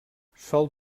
sol